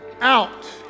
out